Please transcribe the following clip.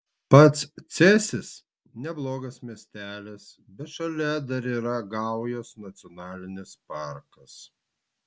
pats cėsis neblogas miestelis bet šalia dar yra gaujos nacionalinis parkas